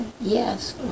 Yes